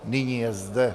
Nyní je zde.